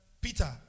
Peter